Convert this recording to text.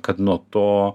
kad nuo to